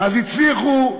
אז הצליחו,